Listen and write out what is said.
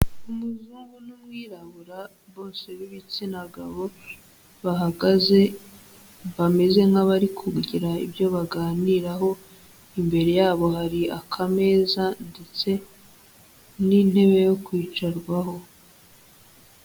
Umuzungu n'umwirabura bose b'ibitsina gabo bahagaze, bameze nk'abari kugira ibyo baganiraho, imbere yabo hari akameza ndetse n'intebe yo kwicarwaho.